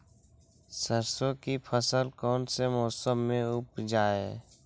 सरसों की फसल कौन से मौसम में उपजाए?